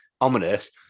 ominous